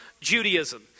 Judaism